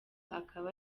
akaba